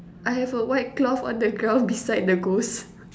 I have a white cloth on the ground beside the ghost